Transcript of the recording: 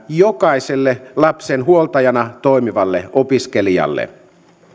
jokaiselle lapsen huoltajana toimivalle opiskelijalle